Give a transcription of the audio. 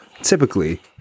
typically